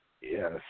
yes